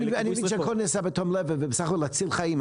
אני מבין שהכל נעשה בתום לב ובסך הכל להציל חיים,